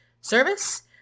service